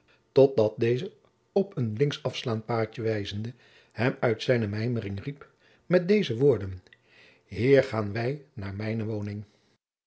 dat deze op een linksafslaand paadje wijzende hem uit zijne mijmering riep met deze woorden hier langs gaôn wij naôr mijne woning